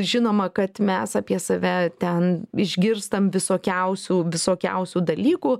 žinoma kad mes apie save ten išgirstam visokiausių visokiausių dalykų